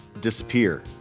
disappear